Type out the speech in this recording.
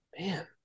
Man